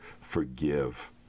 forgive